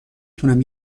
تونم